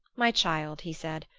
my child, he said,